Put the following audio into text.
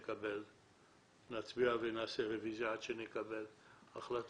נצביע ונעשה רביזיה עד שנקבל את